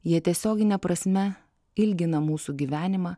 jie tiesiogine prasme ilgina mūsų gyvenimą